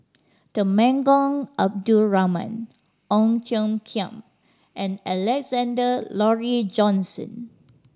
Temenggong Abdul Rahman Ong Tiong Khiam and Alexander Laurie Johnston